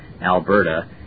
Alberta